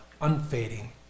unfading